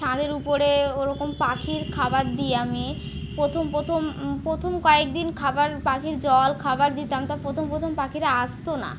ছাদের উপরে ওরকম পাখির খাবার দিই আমি প্রথম প্রথম প্রথম কয়েক দিন খাবার পাখির জল খাবার দিতাম তা প্রথম প্রথম পাখিরা আসতো না